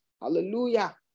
hallelujah